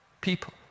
people